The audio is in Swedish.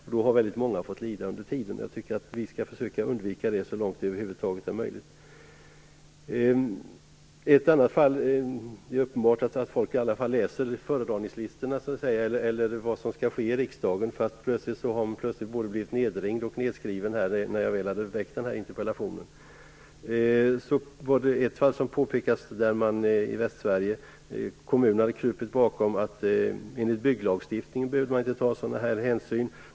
Väldigt många har fått lida under tiden. Jag tycker att vi skall försöka undvika det så långt det över huvud taget är möjligt. Det är i alla fall uppenbart att folk läser föredragningslistorna och vad som skall ske i riksdagen. Plötsligt har jag nämligen blivit både nedringd och nedskriven när jag väl väckt den här interpellationen. I ett fall från Västsverige påpekas det att kommunen krupit bakom bygglagstiftningen och sagt att man enligt bygglagstiftningen inte behöver ta sådana här hänsyn.